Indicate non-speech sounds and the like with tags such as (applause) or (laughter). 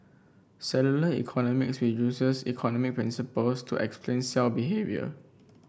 cellular economies (unintelligible) uses economic principles to explain cell behaviour